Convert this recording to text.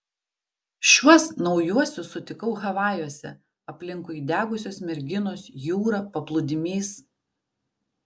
šiuos naujuosius sutikau havajuose aplinkui įdegusios merginos jūra paplūdimys